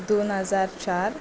दोन हजार चार